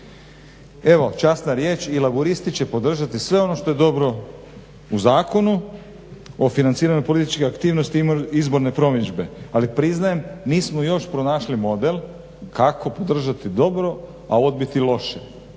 Evo časna riječ i Laburisti će podržati sve ono što je dobro u Zakonu o financiranju političkih aktivnosti i izborne promidžbe, ali priznajem nismo još pronašli model kako podržati dobro, a odbiti loše